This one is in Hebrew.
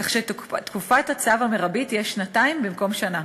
כך שתקופת הצו המרבית תהיה שנתיים במקום שנה.